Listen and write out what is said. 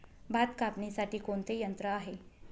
भात कापणीसाठी कोणते यंत्र आहे?